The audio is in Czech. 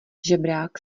žebrák